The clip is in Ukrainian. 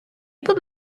будь